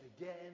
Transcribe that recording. again